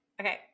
Okay